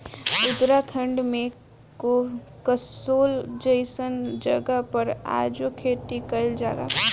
उत्तराखंड में कसोल जइसन जगह पर आजो खेती कइल जाला